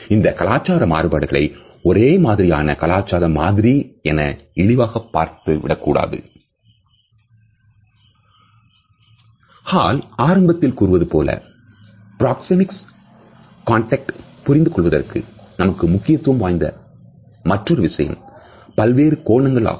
இந்தக் கலாச்சார மாறுபாடுகளை ஒரே மாதிரியான கலாச்சார மாதிரி என இழிவாக பார்க்க படக்கூடாது ஹால் ஆரம்பத்தில் கூறியது போல பிராக்சேமிக்ஸ்கான்டெக்ட் புரிந்து கொள்வதற்கு நமக்கு முக்கியத்துவம் வாய்ந்த மற்றொரு விஷயம் பல்வேறு கோணங்கள் ஆகும்